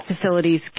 facilities